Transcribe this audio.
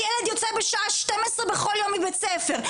הילד יוצא בשעה 12:00 בכל יום מבית ספר,